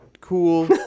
cool